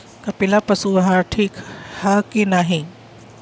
कपिला पशु आहार ठीक ह कि नाही?